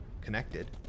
connected